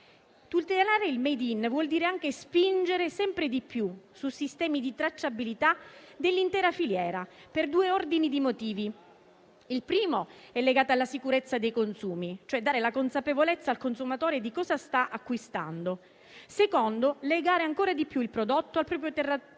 Tutelare il *made in* vuol dire anche spingere sempre di più su sistemi di tracciabilità dell'intera filiera, per due ordini di motivi: il primo è legato alla sicurezza dei consumi, cioè dare la consapevolezza al consumatore di cosa sta acquistando; il secondo è il seguente: legare ancora di più il prodotto al proprio territorio,